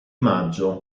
maggio